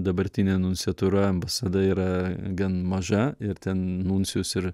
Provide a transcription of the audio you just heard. dabartinė nunciatūra ambasada yra gan maža ir ten nuncijus ir